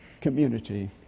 community